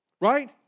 right